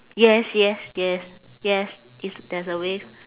yes yes yes yes it's there's a wave